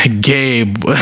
Gabe